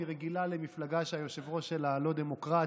היא רגילה למפלגה שהיושב-ראש שלה לא דמוקרט,